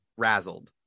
razzled